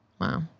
Wow